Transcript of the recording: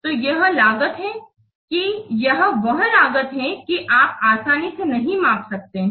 तो यह वह लागत है कि आप आसानी से नहीं माप सकते हैं